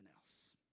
else